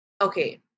okay